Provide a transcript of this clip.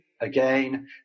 Again